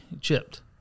chipped